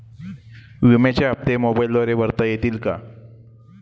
विम्याचे हप्ते मोबाइलद्वारे भरता येतील का?